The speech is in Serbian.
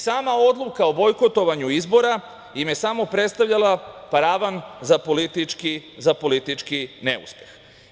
Sama odluka o bojkotovanju izbora im je samo predstavljala paravan za politički neuspeh.